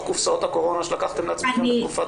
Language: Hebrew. קופסאות הקורונה שלקחתם לעצמכם בתקופת הקורונה.